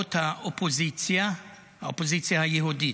מפלגות האופוזיציה, האופוזיציה היהודית,